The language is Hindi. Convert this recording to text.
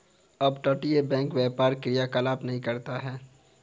अपतटीय बैंक व्यापारी क्रियाकलाप नहीं करता है